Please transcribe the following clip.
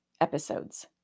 episodes